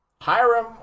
Hiram